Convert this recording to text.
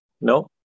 No